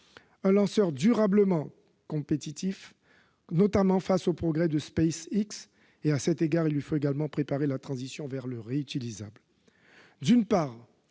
un lanceur durablement compétitif, notamment face aux progrès de SpaceX. Il lui faut également préparer la transition vers le réutilisable. L'accès